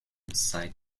sight